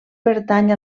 pertany